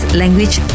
language